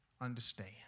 understand